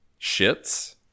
shits